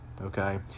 okay